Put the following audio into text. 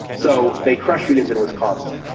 so they crush unions in wisconsin.